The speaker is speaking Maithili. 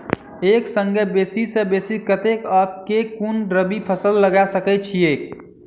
एक संगे बेसी सऽ बेसी कतेक आ केँ कुन रबी फसल लगा सकै छियैक?